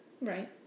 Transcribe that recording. right